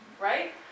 right